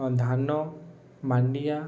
ଧାନ ମାଣ୍ଡିଆ